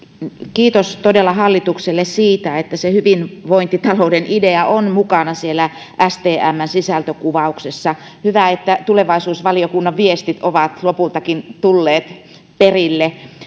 kiitos todella hallitukselle siitä että hyvinvointitalouden idea on mukana siellä stmn sisältökuvauksessa hyvä että tulevaisuusvaliokunnan viestit ovat lopultakin tulleet perille